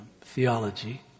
theology